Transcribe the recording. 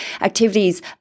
activities